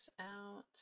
out